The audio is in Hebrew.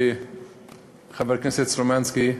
חבר הכנסת סלומינסקי,